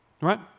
Right